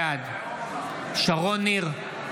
בעד שרון ניר,